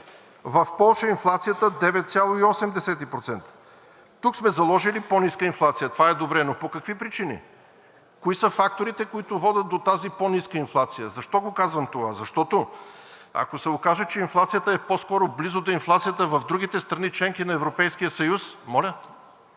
в Полша е 9,8%. Тук сме заложили по-ниска инфлация. Това е добре! Но по какви причини? Кои са факторите, които водят до тази по-ниска инфлация? Защо го казвам това? Защото, ако се окаже, че инфлацията е по-скоро близо до инфлацията в другите страни – членки на Европейския съюз, то